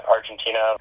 Argentina